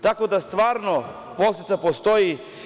Tako da stvarno posledica postoji.